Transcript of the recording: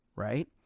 Right